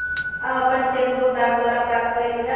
हम अपन cheque book डाक द्वारा प्राप्त कईली ह